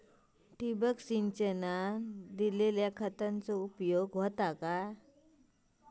ठिबक सिंचनान दिल्या खतांचो उपयोग होता काय?